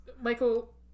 Michael